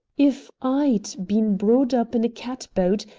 if i'd been brought up in a catboat,